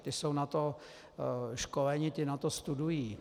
Ti jsou na to školení, ti to studují.